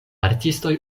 artistoj